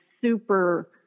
super